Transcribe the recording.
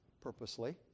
purposely